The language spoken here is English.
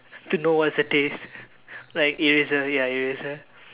to know what's the taste like eraser ya eraser